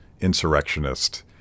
insurrectionist